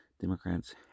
Democrats